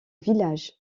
village